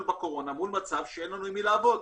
בקורונה מול מצב שאין לנו עם מי לעבוד,